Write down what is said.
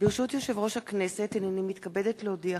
ברשות יושב-ראש הכנסת, הנני מתכבדת להודיעכם,